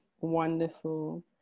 wonderful